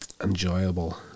enjoyable